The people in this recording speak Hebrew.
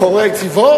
מתקציבו?